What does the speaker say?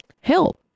help